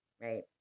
Right